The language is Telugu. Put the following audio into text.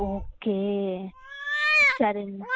ఓకే సరే